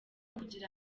kugira